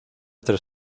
tres